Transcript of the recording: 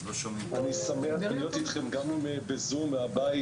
אני שמח להיות איתכם גם בזום מהבית,